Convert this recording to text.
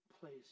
place